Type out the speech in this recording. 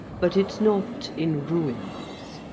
but it's not in ruins.